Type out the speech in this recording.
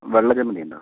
വെള്ള ജമന്തിയുണ്ടോ